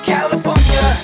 California